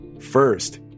first